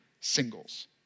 singles